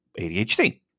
ADHD